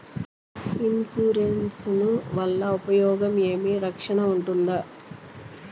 Insurance వల్ల ఉపయోగం ఏమి? రక్షణ ఉంటుందా?